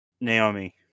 Naomi